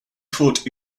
foot